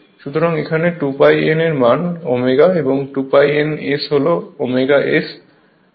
সুতরাং এখানে 2 π n এর মান ω এবং 2 π n S হল ω S হবে